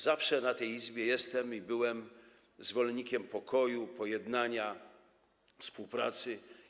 Zawsze w tej Izbie jestem i byłem zwolennikiem pokoju, pojednania, współpracy.